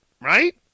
Right